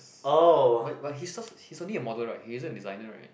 but but his o~ he's only a model right he isn't a designer right